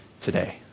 today